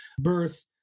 birth